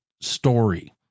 story